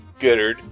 Goodard